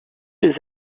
des